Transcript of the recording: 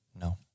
No